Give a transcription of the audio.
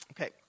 Okay